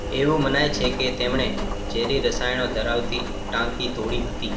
એવું મનાય છે કે તેમણે ઝેરી રસાયણો ધરાવતી ટાંકી તોડી હતી